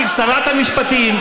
כשרת המשפטים,